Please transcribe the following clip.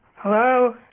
Hello